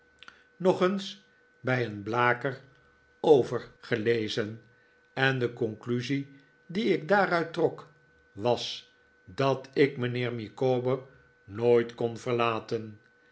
nog eens bij een blaker overgelezen en de conclusie die ik daaruit trok was dat ik mijnheer micawber nooit kon verlaten